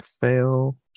fail